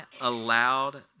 allowed